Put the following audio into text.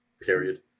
period